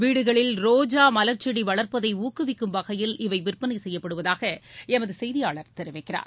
வீடுகளில் ரோஜா மலர்ச் செடி வளர்ப்பதை ஊக்குவிக்கும் வகையில் இவை விற்பனை செய்யப்படுவதாக எமது செய்தியாளர் தெரிவிக்கிறார்